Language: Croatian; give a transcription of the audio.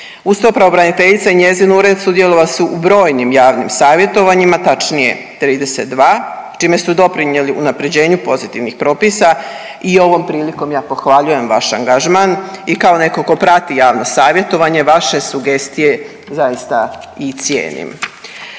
Uz to pravobraniteljica i njezin ured sudjelovali su u brojnim javnim savjetovanjima, tačnije 32, čime su doprinjeli unaprjeđenju pozitivnih propisa i ovom prilikom ja pohvaljujem vaš angažman i kao neko ko prati javno savjetovanje vaše sugestije zaista i cijenim.